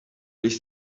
beş